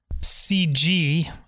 CG